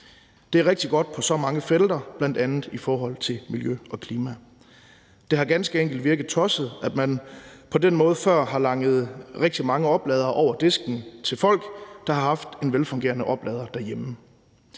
Det er rigtig godt på så mange felter, bl.a. i forhold til miljø og klima. Det har ganske enkelt virket tosset, at man før på den måde har langet rigtig mange opladere over disken til folk, der har haft en velfungerende oplader derhjemme.